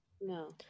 No